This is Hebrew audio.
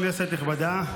כנסת נכבדה,